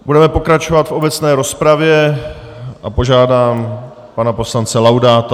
Budeme pokračovat v obecné rozpravě a požádám pana poslance Laudáta.